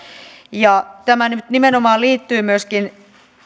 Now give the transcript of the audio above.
tämä nimenomaan liittyy myöskin